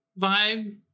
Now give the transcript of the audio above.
vibe